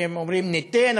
הם אומרים: ניתן,